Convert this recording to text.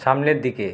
সামনের দিকে